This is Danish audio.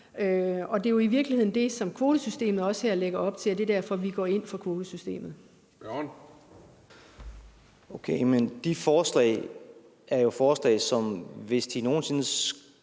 Det er jo i virkeligheden det, som kvotesystemet også lægger op til her, og det er derfor, vi går ind for kvotesystemet.